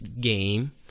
game